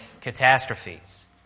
catastrophes